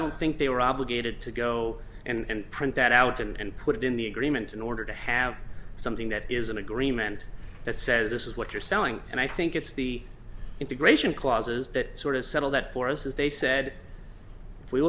don't think they were obligated to go and print that out and put it in the agreement in order to have something that is an agreement that says this is what you're selling and i think it's the integration clauses that sort of settle that for us as they said